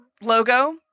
logo